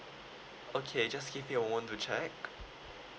okay just give me a moment to check